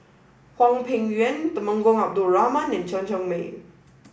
Hwang Peng Yuan Temenggong Abdul Rahman and Chen Cheng Mei